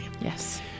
Yes